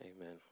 Amen